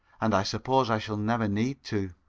and i suppose i shall never need to